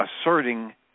asserting